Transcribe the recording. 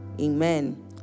Amen